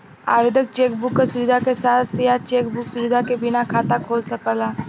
आवेदक cheque book क सुविधा के साथ या चेक बुक सुविधा के बिना खाता खोल सकला